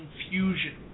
confusion